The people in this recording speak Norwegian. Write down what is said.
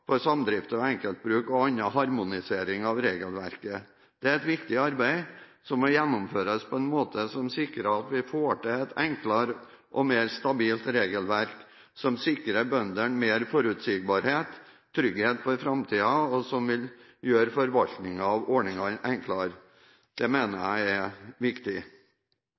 for samdrifter og enkeltbruk og annen harmonisering av regelverket. Det er et viktig arbeid som må gjennomføres på en måte som sikrer at vi får til et enklere og mer stabilt regelverk, som sikrer bøndene mer forutsigbarhet og trygghet for framtiden, og som vil gjøre forvaltningen av ordningen enklere. Det mener jeg er viktig.